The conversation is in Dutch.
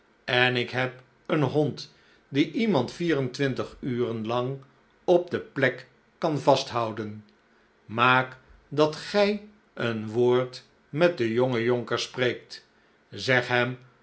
en ik heb een hond die iemand vier en twintig uren lang op de plek kan vasthouden maak dat gij een woordje met den jongen jonker spreekt zeg hem